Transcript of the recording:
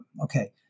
okay